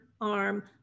arm